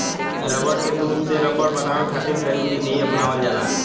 रबड़ के दूध से रबड़ बनावे खातिर कई विधि अपनावल जाला